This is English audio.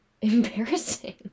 embarrassing